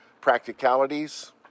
practicalities